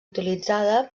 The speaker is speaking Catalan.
utilitzada